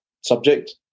subject